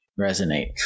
resonate